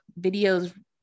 videos